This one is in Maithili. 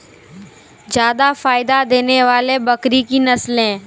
जादा फायदा देने वाले बकरी की नसले?